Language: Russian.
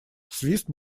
свист